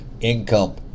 income